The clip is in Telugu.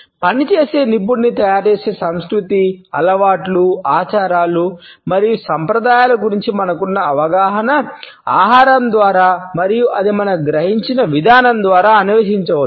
పని చేసే నిపుణుడిని తయారుచేసే సంస్కృతి అలవాట్లు ఆచారాలు మరియు సాంప్రదాయాల గురించి మనకున్న అవగాహన ఆహారం ద్వారా మరియు అది మనం గ్రహించిన విధానం ద్వారా అన్వేషించవచ్చు